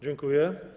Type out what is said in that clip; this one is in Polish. Dziękuję.